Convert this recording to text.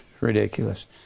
Ridiculous